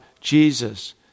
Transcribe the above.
Jesus